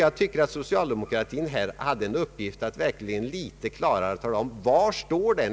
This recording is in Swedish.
Jag anser att socialdemokratin här har en verklig uppgift att litet klarare tala om var man står.